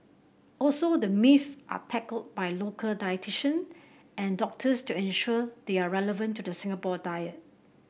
also the myths are tackled by local dietitians and doctors to ensure they are relevant to the Singapore diet